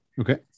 Okay